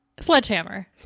Sledgehammer